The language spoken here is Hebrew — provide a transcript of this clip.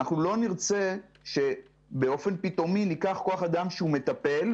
אנחנו לא נרצה שבאופן פתאומי ניקח כוח אדם שהוא מטפל,